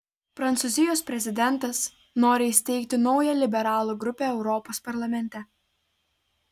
prancūzijos prezidentas nori įsteigti naują liberalų grupę europos parlamente